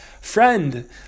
Friend